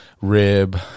rib